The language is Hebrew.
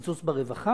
על קיצוץ ברווחה.